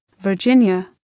Virginia